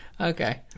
Okay